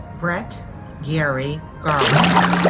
brett gary garwood.